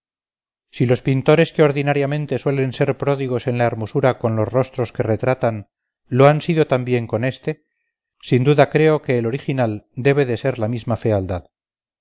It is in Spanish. si los pintores que ordinariamente suelen ser pródigos de la hermosura con los rostros que retratan lo han sido también con éste sin duda creo que el original debe de ser la misma fealdad